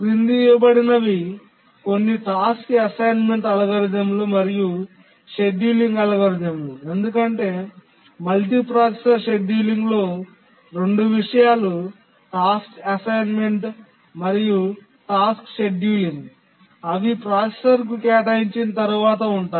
క్రింద ఇవ్వబడినవి కొన్ని టాస్క్ అసైన్మెంట్ అల్గోరిథంలు మరియు షెడ్యూలింగ్ అల్గోరిథంలు ఎందుకంటే మల్టీప్రాసెసర్ షెడ్యూలింగ్లో 2 విషయాలు టాస్క్ అసైన్మెంట్ మరియు టాస్క్ షెడ్యూలింగ్ అవి ప్రాసెసర్కు కేటాయించిన తర్వాత ఉంటాయి